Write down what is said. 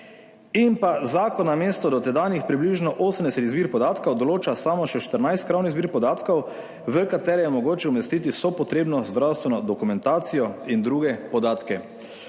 in pa zakon namesto dotedanjih približno 80 zbir podatkov določa samo še 14 krovni zbir podatkov, v katere je mogoče umestiti vso potrebno zdravstveno dokumentacijo in druge podatke.